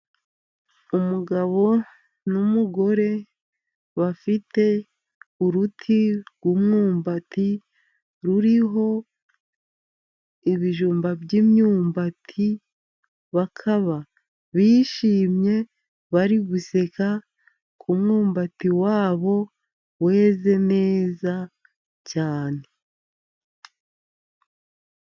Umugabo n'umugore bafite uruti rw'umwumbati ruriho ibijumba by'imyumbati, bakaba bishimye bari guseka ko umwumbati wabo weze neza cyane.